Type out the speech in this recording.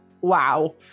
Wow